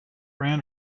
ran